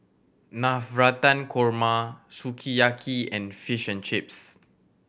Navratan Korma Sukiyaki and Fish and Chips